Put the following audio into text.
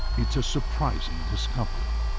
it's a surprising discovery.